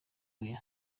oya